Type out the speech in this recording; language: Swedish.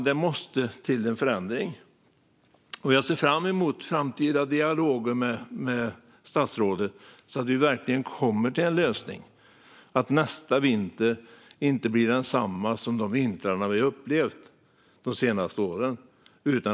Det måste till en tydlig förändring. Jag ser fram emot framtida dialoger med statsrådet. Vi måste komma till en lösning så att det inte blir likadant nästa vinter som de vintrar vi har upplevt de senaste åren.